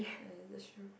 uh that's true